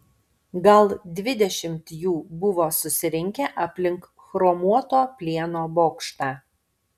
gal dvidešimt jų buvo susirinkę aplink chromuoto plieno bokštą